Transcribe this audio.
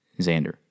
Xander